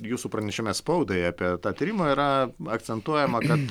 jūsų pranešime spaudai apie tą tyrimą yra akcentuojama kad